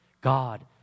God